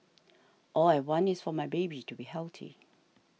all I want is for my baby to be healthy